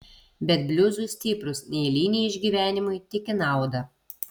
bet bliuzui stiprūs neeiliniai išgyvenimai tik į naudą